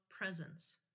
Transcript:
Presence